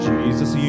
Jesus